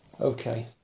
Okay